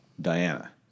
Diana